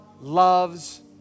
loves